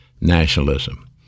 nationalism